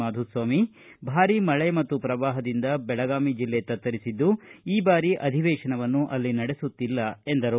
ಮಾಧುಸ್ವಾಮಿ ಭಾರಿ ಮಳೆ ಮತ್ತು ಪ್ರವಾಹದಿಂದ ದೆಳಗಾವಿ ಜಿಲ್ಲೆ ತತ್ತರಿಸಿದ್ದು ಈ ಬಾರಿ ಅಧಿವೇಶನವನ್ನು ಅಲ್ಲಿ ನಡೆಸುತ್ತಿಲ್ಲ ಎಂದರು